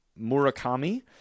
Murakami